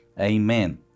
Amen